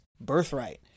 birthright